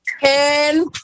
Ten